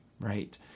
right